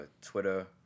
Twitter